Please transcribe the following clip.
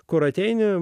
kur ateini